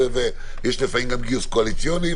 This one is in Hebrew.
יש לפעמים גם גיוס קואליציוני,